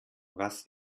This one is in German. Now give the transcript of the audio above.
was